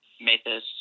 Mathis